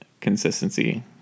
consistency